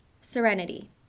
Serenity